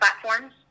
platforms